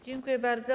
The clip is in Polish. Dziękuję bardzo.